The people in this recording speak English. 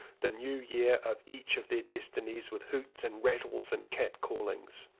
the new year of each of their destinies, with hoots and rattles and catcallings.